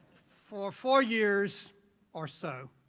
for four years or so,